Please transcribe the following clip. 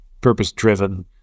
purpose-driven